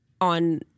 on